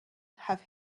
have